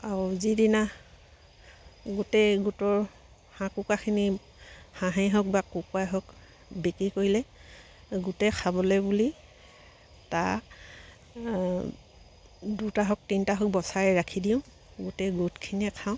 আৰু যিদিনা গোটেই গোটৰ হাঁহ কুকুৰাখিনি হাঁহেই হওক বা কুকুৰাই হওক বিক্ৰী কৰিলে গোটেই খাবলৈ বুলি তাৰ দুটা হওক তিনিটা হওক বচাই ৰাখি দিওঁ গোটেই গোটখিনিয়ে খাওঁ